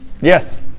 Yes